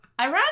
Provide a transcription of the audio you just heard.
Iran